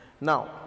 Now